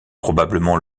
probablement